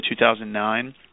2009